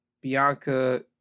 Bianca